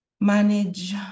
manage